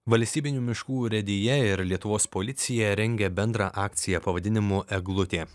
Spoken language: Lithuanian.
valstybinių miškų urėdija ir lietuvos policija rengia bendrą akciją pavadinimu eglutė